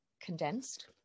condensed